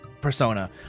persona